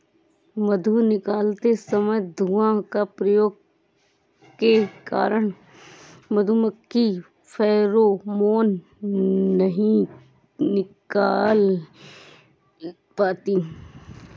मधु निकालते समय धुआं का प्रयोग के कारण मधुमक्खी फेरोमोन नहीं निकाल पाती हैं